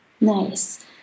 Nice